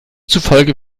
zufolge